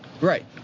Right